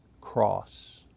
cross